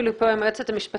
אפילו פה עם היועצת המשפטית,